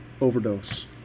overdose